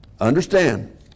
understand